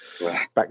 back